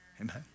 Amen